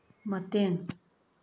ꯃꯇꯦꯡ